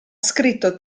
scritto